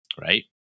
right